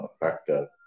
factor